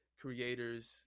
creators